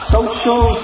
Social